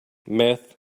meth